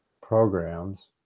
programs